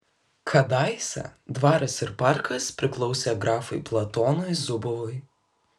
kadaise dvaras ir parkas priklausė grafui platonui zubovui